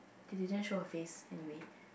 she didn't show her face anyway